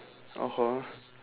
(uh huh)